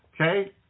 Okay